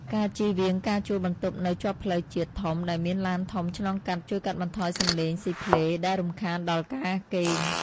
ការចៀសវាងការជួលបន្ទប់នៅជាប់ផ្លូវជាតិធំដែលមានឡានធំឆ្លងកាត់ជួយកាត់បន្ថយសំឡេងស៊ីផ្លេដែលរំខានដល់ការគេង។